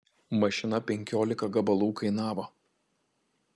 mašina penkiolika gabalų kainavo